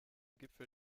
gipfel